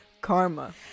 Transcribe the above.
karma